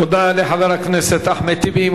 תודה לחבר הכנסת אחמד טיבי.